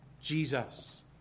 Jesus